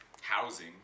housing